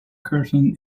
curtain